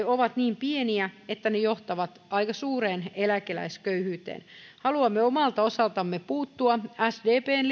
ovat niin pieniä että ne johtavat aika suureen eläkeläisköyhyyteen haluamme omalta osaltamme puuttua sdpn